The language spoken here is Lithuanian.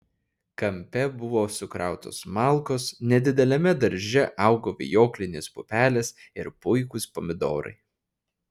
kampe buvo sukrautos malkos nedideliame darže augo vijoklinės pupelės ir puikūs pomidorai